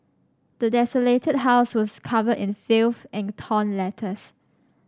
the desolated house was covered in filth and torn letters